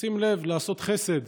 לשים לב, לעשות חסד.